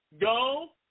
go